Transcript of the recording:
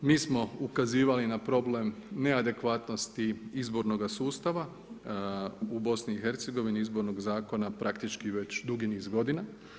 Mi smo ukazivali na problem neadekvatnosti izbornoga sustava u BiH-a, Izbornog zakona praktički već dugi niz godina.